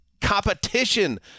competition